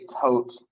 tote